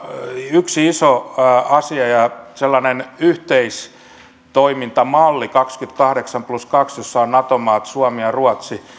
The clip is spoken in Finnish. yksi iso asia ja sellainen yhteistoimintamalli kuin kaksikymmentäkahdeksan plus kaksi jossa on nato maat suomi ja ruotsi